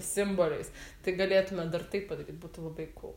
simboliais tik galėtume dar taip padaryt būtų labai kūl